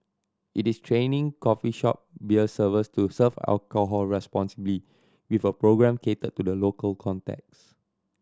it is training coffee shop beer servers to serve alcohol responsibly with a programme catered to the local context